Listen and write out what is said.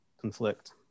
conflict